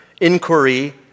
inquiry